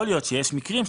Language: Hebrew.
יכול להיות שיש מקרים,